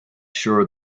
sure